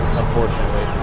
unfortunately